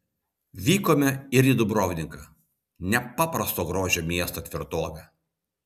vykome ir į dubrovniką nepaprasto grožio miestą tvirtovę